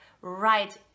right